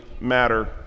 matter